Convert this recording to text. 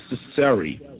necessary